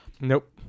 Nope